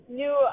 new